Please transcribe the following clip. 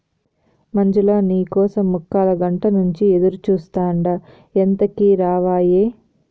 మంజులా, నీ కోసం ముక్కాలగంట నుంచి ఎదురుచూస్తాండా ఎంతకీ రావాయే